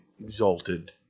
exalted